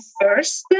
first